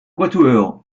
quatuor